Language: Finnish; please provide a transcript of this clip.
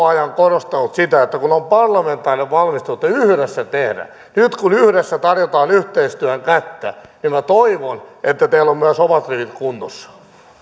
ajan korostanut sitä että on parlamentaarinen valmistelu ja että yhdessä tehdään nyt kun yhdessä tarjotaan yhteistyön kättä niin minä toivon että teillä on myös omat rivit kunnossa